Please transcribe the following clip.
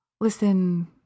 listen